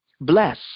Bless